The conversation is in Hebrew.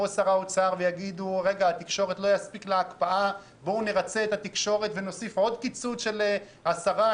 שר האוצר ויגיד: "בואו נרצה את התקשורת ונוסיף עוד קיצוץ של 10%,